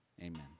amen